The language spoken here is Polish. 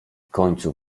końcu